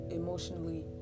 emotionally